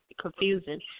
confusing